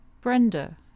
Brenda